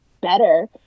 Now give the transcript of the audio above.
better